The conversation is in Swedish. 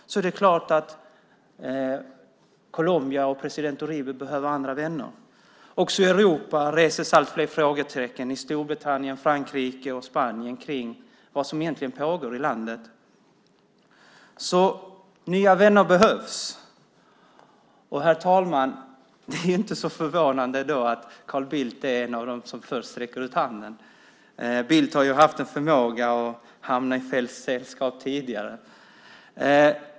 Då är det klart att Colombia och president Uribe behöver andra vänner. Också i Europa reses allt fler frågetecken i Storbritannien, Frankrike och Spanien kring vad som egentligen pågår i landet. Nya vänner behövs alltså. Herr talman! Det är inte så förvånande att Carl Bildt är en av dem som först räcker ut handen. Bildt har haft en förmåga att hamna i fel sällskap tidigare.